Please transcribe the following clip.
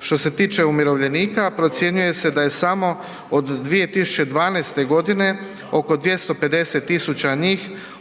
Što se tiče umirovljenika, procjenjuje se da je samo od 2012.godine oko 250 000 njih